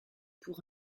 pour